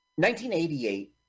1988